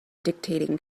dictating